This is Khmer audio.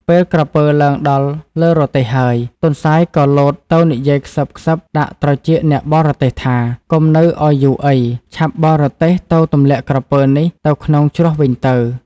ពេលក្រពើឡើងដល់លើរទេះហើយ ទន្សាយក៏លោតទៅនិយាយខ្សឹបៗដាក់ត្រចៀកអ្នកបរទេះថា "កុំនៅឲ្យយូរអី! ឆាប់បរទេះទៅទម្លាក់ក្រពើនេះទៅក្នុងជ្រោះវិញទៅ!